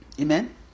Amen